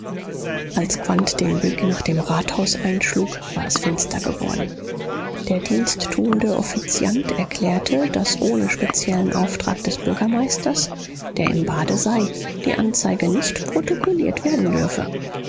als quandt den weg nach dem rathaus einschlug war es finster geworden der diensttuende offiziant erklärte daß ohne speziellen auftrag des bürgermeisters der im bade sei die anzeige nicht protokolliert werden dürfe